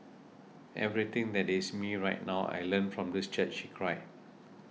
everything that is me right now I learnt from this church cried